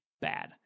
bad